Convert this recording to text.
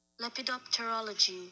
Lepidopterology